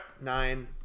Nine